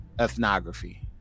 ethnography